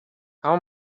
how